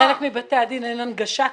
ובחלק מבתי הדין אין הנגשה כמובן.